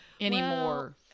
anymore